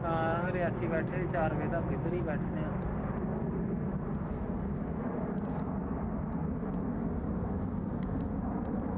आं रियासी बैठे दे चार बजे इत्थें बी बैठे दे आं